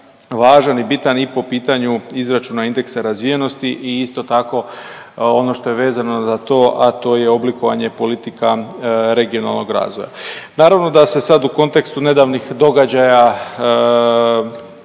važan i bitan i po pitanju izračuna indeksa razvijenosti i isto tako, ono što je vezano za to, a to je oblikovanje politika regionalnog razvoja. Naravno da se sad u kontekstu nedavnih događaja